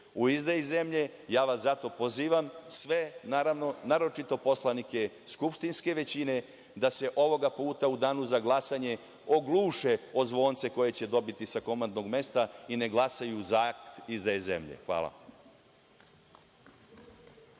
u izdaji zemlje. Zato vas pozivam, sve, naročito poslanike skupštinske većine, da se ovoga puta u Danu za glasanje ogluše o zvonce koje će dobiti sa komandnog mesta i ne glasaju za akt izdaje zemlje. Hvala.